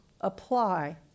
apply